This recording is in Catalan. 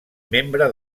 membre